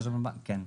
כן.